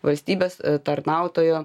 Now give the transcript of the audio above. valstybės tarnautojo